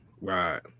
right